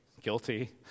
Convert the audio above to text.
guilty